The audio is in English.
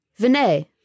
Vinay